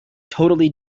totally